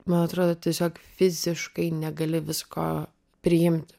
man atrodo tiesiog fiziškai negali visko priimti